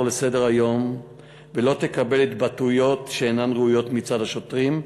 לסדר-היום ולא תקבל התבטאויות שאינן ראויות מצד השוטרים,